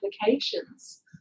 applications